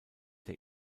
der